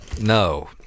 no